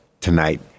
tonight